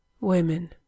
women